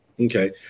Okay